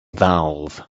valve